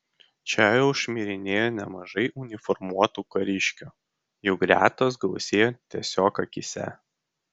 čia jau šmirinėjo nemažai uniformuotų kariškių jų gretos gausėjo tiesiog akyse